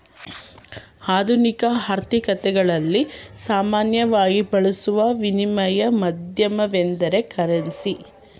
ಆಧುನಿಕ ಆರ್ಥಿಕತೆಗಳಲ್ಲಿ ಸಾಮಾನ್ಯವಾಗಿ ಬಳಸುವ ವಿನಿಮಯ ಮಾಧ್ಯಮವೆಂದ್ರೆ ಕರೆನ್ಸಿ